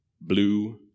Blue